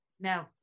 No